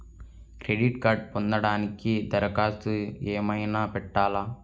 Credit కార్డ్ను పొందటానికి దరఖాస్తు ఏమయినా పెట్టాలా?